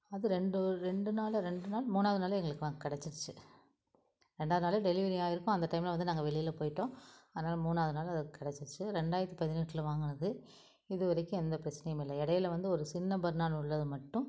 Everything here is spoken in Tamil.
அது ரெண்டு ரெண்டு நாள்ல ரெண்டு நாள் மூணாவது நாளே எங்களுக்கெலாம் கிடச்சிருச்சி ரெண்டாவது நாளே டெலிவரி ஆயிருக்கும் அந்த டைமில் வந்து நாங்கள் வெளியில போய்ட்டோம் அதனால மூணாவது நாள் அது கிடச்சிருச்சி ரெண்டாயிரத்தி பதினெட்டில் வாங்கினது இது வரைக்கும் எந்த பிரச்சனையும் இல்லை இடையில வந்து ஒரு சின்ன பர்னர் உள்ளது மட்டும்